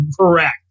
correct